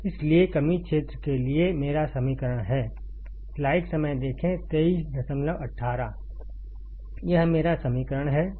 इसलिए कमी क्षेत्र के लिए मेरा समीकरण है यह मेरा समीकरण है